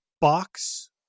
box